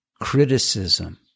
criticism